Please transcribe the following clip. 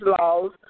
laws